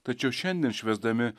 tačiau šiandien švęsdami